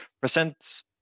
present